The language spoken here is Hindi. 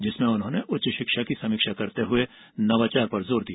जिसमें उन्होंने उच्च शिक्षा की समीक्षा करते हुए नवाचार पर जोर दिया